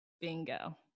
bingo